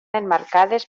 emmarcades